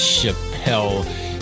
Chappelle